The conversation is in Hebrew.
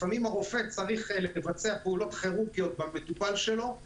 לפעמים הרופא צריך לבצע פעולות כירורגיות במטופל שלו,